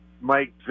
Mike